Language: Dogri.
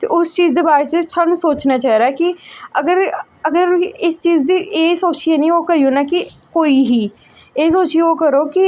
ते उस चीज दे बारे च सानू सोचना चाहिदा कि अगर अगर इस चीज गी एह् सोचियै निं करी ओड़नां कि कोई ही एह् सोचियै करो कि